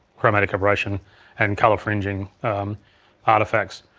chromatic aberration and color fringing artifacts.